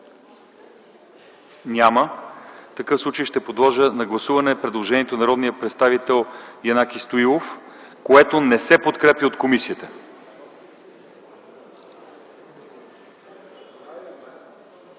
режим на гласуване. Подлагам на гласуване предложението на народния представител Янаки Стоилов, което не се подкрепя от комисията.